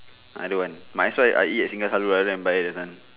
I don't want might as well I eat at singgah selalu then buy that one